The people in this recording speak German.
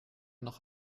noch